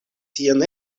sian